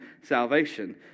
salvation